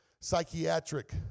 psychiatric